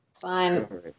Fine